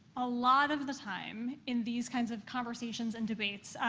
a lot of the time, in these kinds of conversations and debates,